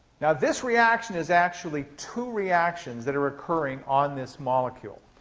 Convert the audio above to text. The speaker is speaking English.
yeah this reaction is actually two reactions that are occurring on this molecule.